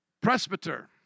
presbyter